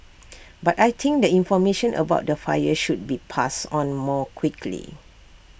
but I think the information about the fire should be passed on more quickly